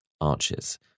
arches